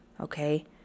okay